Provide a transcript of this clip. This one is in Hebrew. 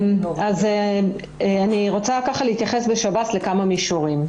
אני רוצה להתייחס לכמה מישורים.